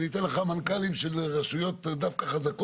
אני אתן לך מנכ"לים דווקא של רשויות חזקות